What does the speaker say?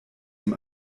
dem